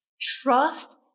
Trust